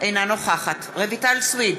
אינה נוכחת רויטל סויד,